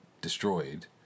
destroyed